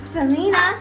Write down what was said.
Selena